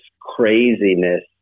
craziness